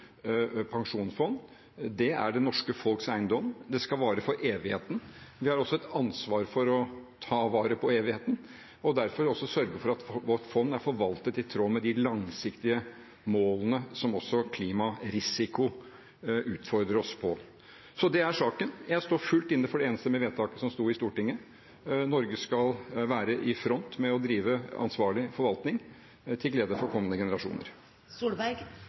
pensjonsfond, er det norske folks eiendom. Det skal vare for evigheten. Vi har også et ansvar for å ta vare på evigheten, og må derfor også sørge for at vårt fond er forvaltet i tråd med de langsiktige målene som også klimarisiko utfordrer oss på. Det er saken. Jeg står fullt inne for det enstemmige vedtaket som ble gjort i Stortinget. Norge skal være i front med å drive ansvarlig forvaltning til glede for kommende